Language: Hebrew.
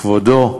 כבודו,